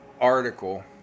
article